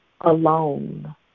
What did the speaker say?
alone